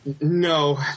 no